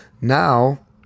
now